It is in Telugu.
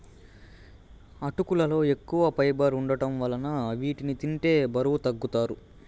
అటుకులలో ఎక్కువ ఫైబర్ వుండటం వలన వీటిని తింటే బరువు తగ్గుతారు